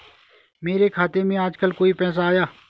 मेरे खाते में आजकल कोई पैसा आया?